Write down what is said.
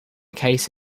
case